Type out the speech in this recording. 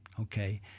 okay